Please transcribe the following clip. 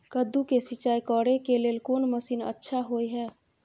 कद्दू के सिंचाई करे के लेल कोन मसीन अच्छा होय है?